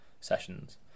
sessions